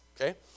okay